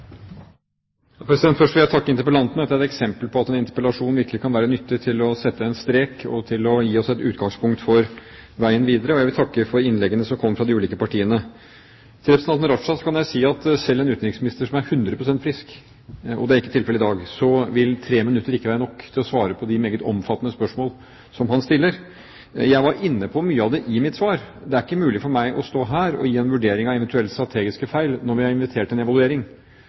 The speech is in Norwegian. Først vil jeg takke interpellanten. Dette er et eksempel på at en interpellasjon virkelig kan være nyttig for å sette strek og for å gi oss et utgangspunkt for veien videre, og jeg vil takke for innleggene som kom fra de ulike partiene. Til representanten Raja kan jeg si at selv for en utenriksminister som er hundre prosent frisk – og det er ikke tilfellet i dag – vil tre minutter ikke være nok til å svare på de meget omfattende spørsmål han stiller. Jeg var inne på mye av det i mitt svar. Det er ikke mulig for meg å stå her og gi en vurdering av eventuelle strategiske feil når vi har invitert til en evaluering.